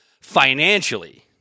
financially